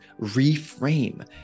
reframe